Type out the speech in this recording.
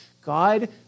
God